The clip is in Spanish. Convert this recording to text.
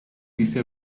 dice